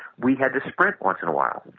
we had to sprint once in a while,